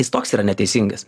jis toks yra neteisingas